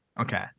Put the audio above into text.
Okay